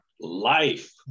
life